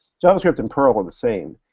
javascript and perl were the same,